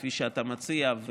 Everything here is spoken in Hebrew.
כפי שאתה מציע,